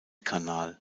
kanal